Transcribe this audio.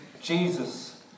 Jesus